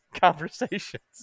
conversations